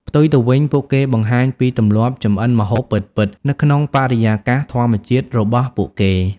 ផ្ទុយទៅវិញ ពួកគេ បង្ហាញពីទម្លាប់ចម្អិនម្ហូបពិតៗ នៅក្នុងបរិយាកាសធម្មជាតិរបស់ពួកគេ។